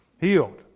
healed